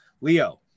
Leo